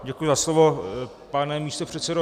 Děkuji za slovo, pane místopředsedo.